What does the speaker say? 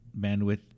bandwidth